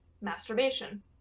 masturbation